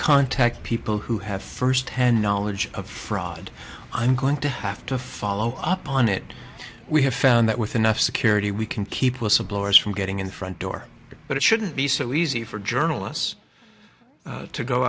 contact people who have firsthand knowledge of fraud i'm going to have to follow up on it we have found that with enough security we can keep whistleblowers from getting in front door but it shouldn't be so easy for journalists to go